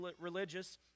religious